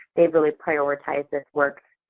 they've really prioritized this work.